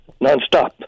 nonstop